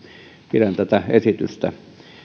pidän tätä esitystä